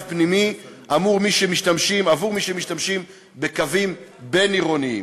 פנימי עבור מי שמשתמשים בקווים בין-עירוניים.